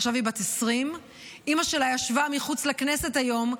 עכשיו היא בת 20. אימא שלה ישבה מחוץ לכנסת היום,